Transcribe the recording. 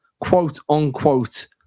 quote-unquote